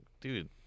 dude